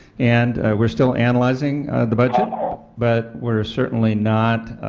and we are still analyzing the budget but we are certainly not,